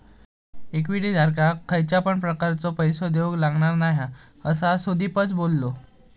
equity धारकाक खयच्या पण प्रकारचो पैसो देऊक लागणार नाय हा, असा सुदीपच बोललो